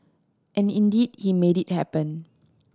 and indeed he made it happen